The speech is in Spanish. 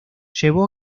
llevó